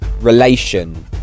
relation